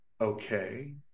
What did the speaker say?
okay